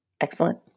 Excellent